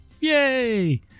Yay